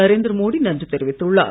நரேந்திர மோடி நன்றி தெரிவித்துள்ளார்